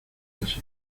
así